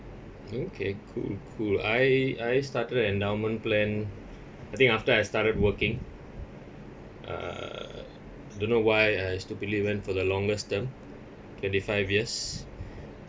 okay cool cool I I started endowment plan I think after I started working uh don't know why I stupidly went for the longest time twenty five years